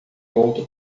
outro